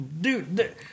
Dude